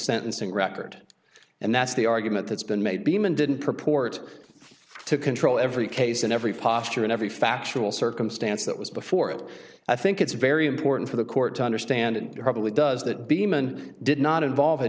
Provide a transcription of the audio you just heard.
sentencing record and that's the argument that's been made beeman didn't purport to control every case and every posture and every factual circumstance that was before it i think it's very important for the court to understand and probably does that beaman did not involve a